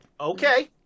Okay